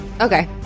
Okay